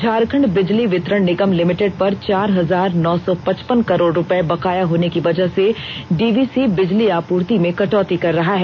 Jharkhand Bijli Vitran Nigam limited पर चार हजार नौ सौ पचपन करोड़ रूपये बकाया होने की वजह से डीवीसी बिजली आपूर्ति में कटौती कर रहा है